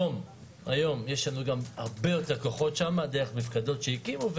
יש לנו היום גם הרבה יותר כוחות שם דרך מפקדות שהקימו.